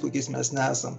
kokiais mes nesam